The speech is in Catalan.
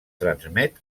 transmet